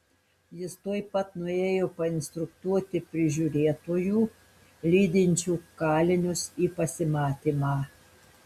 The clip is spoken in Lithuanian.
jis tuoj pat nuėjo painstruktuoti prižiūrėtojų lydinčių kalinius į pasimatymą